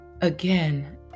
again